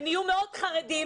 הם יהיו מאוד חרדים.